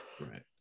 right